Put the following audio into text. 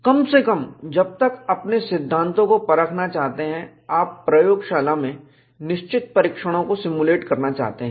कम से कम जब आप अपने सिद्धांतों को परखना चाहते हैं आप प्रयोगशाला में निश्चित परीक्षणों को सिमुलेट करना चाहते हैं